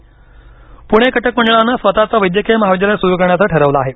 कटकमंडळ पूणे कटकमंडळानं स्वतंचं वैद्यकीय महाविद्यालय सुरू करण्याचं ठरवलं आहे